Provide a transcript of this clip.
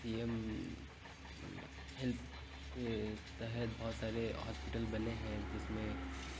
P M health के तहत बहुत सारे हॉस्पिटल बने हैं जिसमें